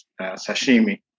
sashimi